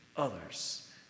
others